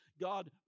God